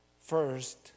first